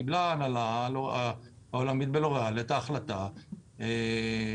קיבלה ההנהלה העולמית בלוריאל את ההחלטה המצערת